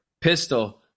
pistol